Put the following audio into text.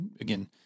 again